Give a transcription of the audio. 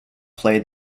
played